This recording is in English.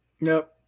Nope